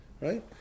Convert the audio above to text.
right